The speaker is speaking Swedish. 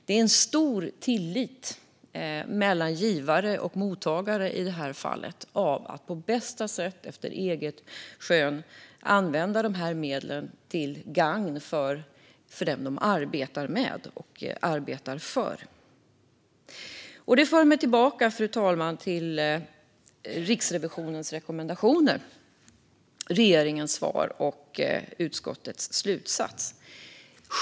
Det finns stor tillit mellan givare och mottagare när det gäller att man på bästa sätt, efter eget skön, använder dessa medel till gagn för dem man arbetar med och för. Det, fru talman, för mig tillbaka till Riksrevisionens rekommendationer, regeringens svar och utskottets slutsats.